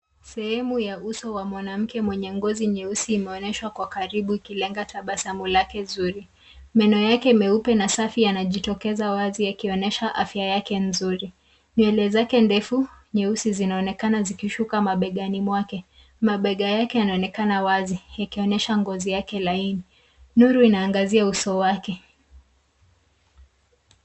Sehemu ya uso wa mwanamke mwenye ngozi nyeusi imeonyeshwa kwa karibu ikilenga tabasamu lake zuri. Meno yake meupe na safi yanajitokeza wazi yakionyesha afya yake nzuri. Nywele zake ndefu, nyeusi zinaonekana zikishuka mabegani mwake. Mabega yake yanaonekana wazi, yakionesha ngozi yake laini. Nuru inaangazia uso wake.